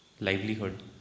livelihood